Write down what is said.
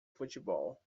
futebol